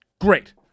Great